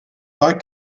pas